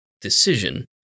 decision